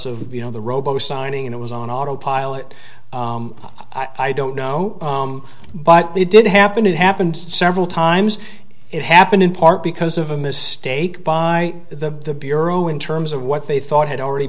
of you know the robo signing and it was on autopilot i don't know but it did happen it happened several times it happened in part because of a mistake by the bureau in terms of what they thought had already